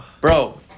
Bro